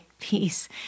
peace